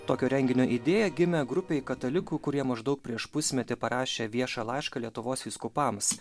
tokio renginio idėja gimė grupei katalikų kurie maždaug prieš pusmetį parašė viešą laišką lietuvos vyskupams